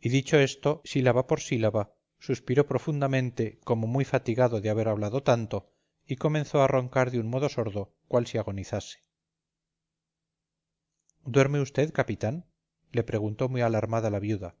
y dicho esto sílaba por sílaba suspiró profundamente como muy fatigado de haber hablado tanto y comenzó a roncar de un modo sordo cual si agonizase duerme usted capitán le preguntó muy alarmada la viuda